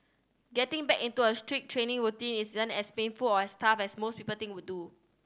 getting back into a strict training routine isn't as painful or as tough as most people would do